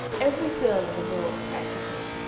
every girl in the world practically,